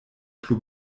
plu